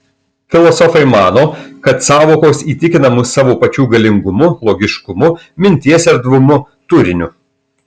filosofai mano kad sąvokos įtikina mus savo pačių galingumu logiškumu minties erdvumu turiniu